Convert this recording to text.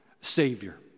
Savior